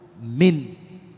Min